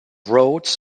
roads